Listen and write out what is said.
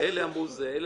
אלה אמרו זה וזה,